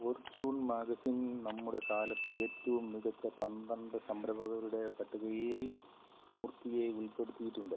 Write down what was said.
Fortune magazine നമ്മുടെ കാലത്ത് ഏറ്റവും മികച്ച പന്ത്രണ്ട് സംരംഭകരുടെ പട്ടികയിൽ മൂർത്തിയെ ഉൾപ്പെടുത്തിയിട്ടുണ്ട്